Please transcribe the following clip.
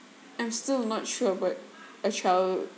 I'm still not sure what a child